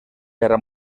guerra